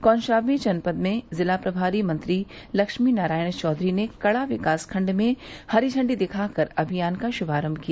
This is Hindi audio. कौशाम्बी जनपद में जिला प्रभारी मंत्री लक्ष्मी नारायण चौधरी ने कड़ा विकास खण्ड में हरी झंडी दिखाकर अभियान का शुमारम्म किया